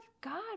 God